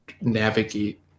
navigate